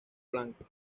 blanco